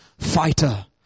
fighter